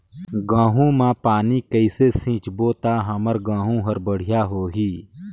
गहूं म पानी कइसे सिंचबो ता हमर गहूं हर बढ़िया होही?